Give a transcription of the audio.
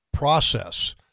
Process